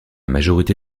majorité